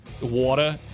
Water